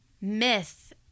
myth